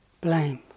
blame